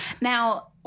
Now-